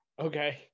Okay